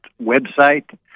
website